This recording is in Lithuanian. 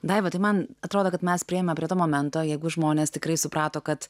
daiva tai man atrodo kad mes priėjome prie to momento jeigu žmonės tikrai suprato kad